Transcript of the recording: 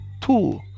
Two